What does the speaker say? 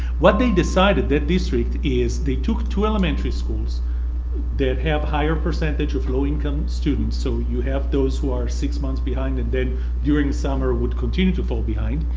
what they decided, that district, is they took two elementary schools that have higher percentage of low income students so you have those who are six months behind and then during the summer would continue to fall behind.